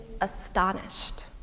astonished